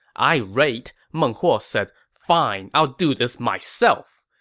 irate, meng huo said fine, i'll do this myself!